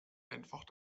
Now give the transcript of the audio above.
einfach